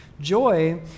Joy